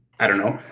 i don't know,